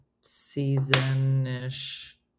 season-ish